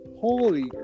Holy